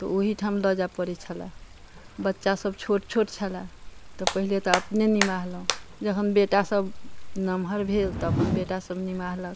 तऽ ओहीठाम लऽ जाए पड़ै छलए बच्चासभ छोट छोट छलए तऽ पहिने तऽ अपने निमाहलहुँ जखन बेटासभ नमहर भेल तऽ अपन बेटासभ निमाहलक